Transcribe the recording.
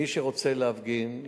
מי שרוצה להפגין,